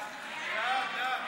שנייה?